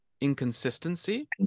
inconsistency